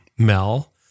Mel